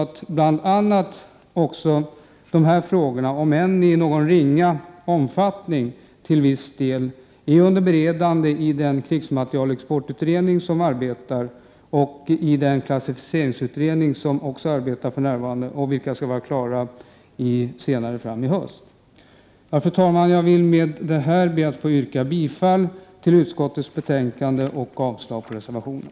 För närvarande är dessa frågor, om än i ringa omfattning, till viss del under beredande i den utredning om krigsmaterielexport och i den om klassificeringsutredning som pågår för närvarande. Dessa utredningar skall vara färdiga senare i höst. Fru talman! Jag vill med detta be att få yrka bifall till hemställan i utskottets betänkande och avslag på reservationen.